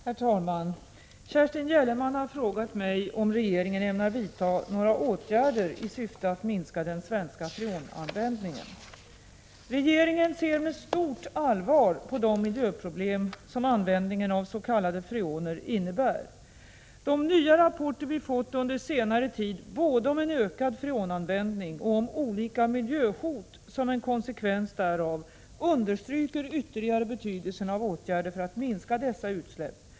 Herr talman! Kerstin Gellerman har frågat mig om regeringen ämnar vidta några åtgärder i syfte att minska den svenska freonanvändningen. Regeringen ser med stort allvar på de miljöproblem som användningen av s.k. freoner innebär. De nya rapporter vi fått under senare tid både om en ökad freonanvändning och om olika miljöhot som en konsekvens därav understryker ytterligare betydelsen av åtgärder för att minska dessa utsläpp.